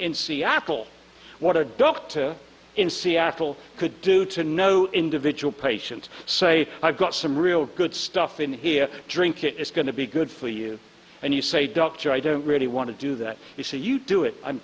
in seattle what a doctor in seattle could do to no individual patient say i've got some real good stuff in here drink it is going to be good for you and you say doctor i don't really want to do that you say you do it i'm